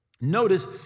Notice